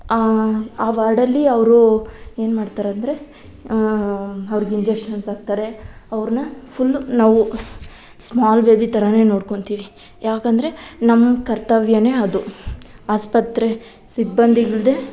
ಆ ವಾರ್ಡಲ್ಲಿ ಅವರು ಏನು ಮಾಡ್ತಾರಂದ್ರೆ ಅವ್ರ್ಗೆ ಇಂಜೆಕ್ಷನ್ಸ್ ಹಾಕ್ತಾರೆ ಅವ್ರನ್ನ ಫುಲ್ಲು ನಾವು ಸ್ಮಾಲ್ ಬೇಬಿ ಥರಾನೆ ನೋಡ್ಕೊತೀವಿ ಯಾಕಂದರೆ ನಮ್ಮ ಕರ್ತವ್ಯನೇ ಅದು ಆಸ್ಪತ್ರೆ ಸಿಬ್ಬಂದಿಗಳದ್ದೇ